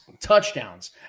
touchdowns